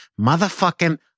Motherfucking